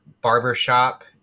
barbershop